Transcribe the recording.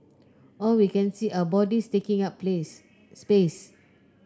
all we can see are bodies taking up place space